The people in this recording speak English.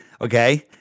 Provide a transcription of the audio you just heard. okay